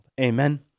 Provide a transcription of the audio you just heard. Amen